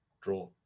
Draw